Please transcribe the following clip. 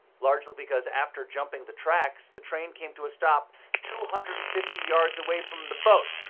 largely because after jumping the tracks, the train came to a stop two hundred and fifty yards away from the boat.